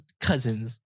Cousins